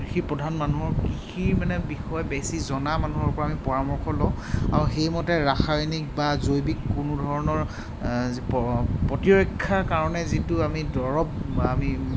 কৃষি প্ৰধান মানুহৰ কৃষি মানে বিষয় বেছি জনা মানুহৰ পৰা আমি পৰামৰ্শ লওঁ আৰু সেইমতে ৰাসায়নিক বা জৈৱিক কোনো ধৰণৰ প প্ৰতিৰক্ষাৰ কাৰণে যিটো আমি দৰৱ আমি